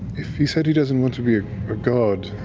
if he said he doesn't want to be a god,